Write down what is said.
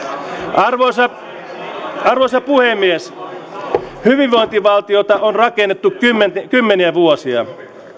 arvoisa arvoisa puhemies hyvinvointivaltiota on rakennettu kymmeniä kymmeniä vuosia